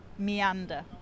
Meander